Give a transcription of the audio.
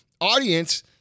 audience